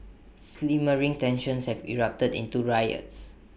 simmering tensions have erupted into riots